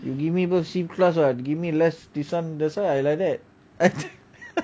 you give me birth C class [what] give me less this [one] that's why I like that